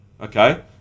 Okay